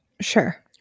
Sure